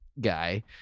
guy